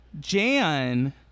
Jan